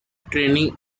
training